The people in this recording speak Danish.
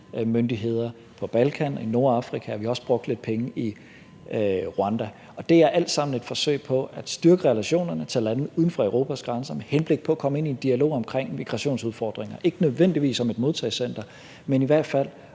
asylmyndigheder på Balkan og i Nordafrika, og vi har også brugt lidt penge i Rwanda. Og det er alt sammen et forsøg på at styrke relationerne til lande uden for Europas grænser med henblik på at komme ind i en dialog omkring migrationsudfordringer, ikke nødvendigvis om et modtagecenter, men i hvert fald